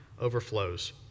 overflows